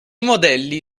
modelli